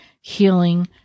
Healing